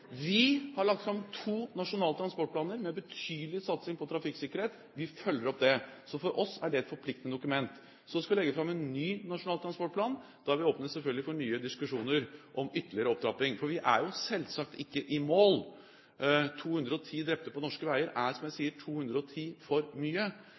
Vi har lagt fram to nasjonale transportplaner, med betydelig satsing på trafikksikkerhet. Vi følger opp det, så for oss er det et forpliktende dokument. Så skal vi legge fram en ny nasjonal transportplan. Da vil vi selvfølgelig åpne for nye diskusjoner om ytterligere opptrapping, for vi er selvsagt ikke i mål. 210 drepte på norske veier, er, som jeg